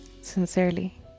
Sincerely